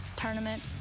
tournament